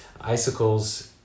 icicles